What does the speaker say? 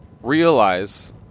realize